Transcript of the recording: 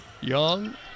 Young